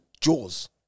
Jaws